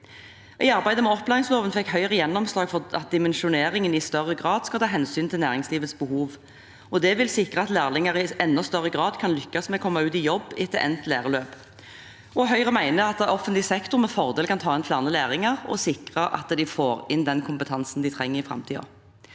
I arbeidet med opplæringsloven fikk Høyre gjennomslag for at dimensjoneringen i større grad skal ta hensyn til næringslivets behov. Det vil sikre at lærlinger i enda større grad kan lykkes med å komme ut i jobb etter endt læreløp. Høyre mener offentlig sektor med fordel kan ta inn flere lærlinger og sikre at de får den kompetansen de trenger i framtiden.